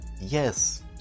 Yes